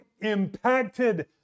impacted